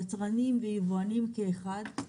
יצרנים ויבואנים כאחד,